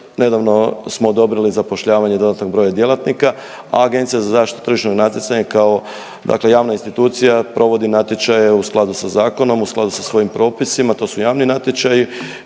nedavno smo odobrili zapošljavanje dodatnog broja djelatnika, a Agencija za zaštitu tržišnog natjecanja kao dakle javna institucija provodi natječaje u skladu sa zakonom, u skladu sa svojim propisima, to su javni natječaji